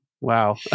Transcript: Wow